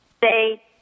say